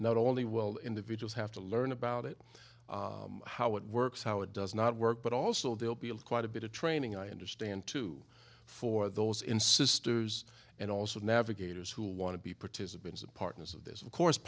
not only will individuals have to learn about it how it works how it does not work but also they'll be able quite a bit of training i understand to for those in sisters and also navigators who want to be participants and partners of this of course